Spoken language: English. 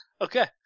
Okay